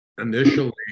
Initially